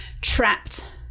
trapped